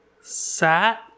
sat